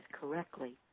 correctly